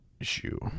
shoe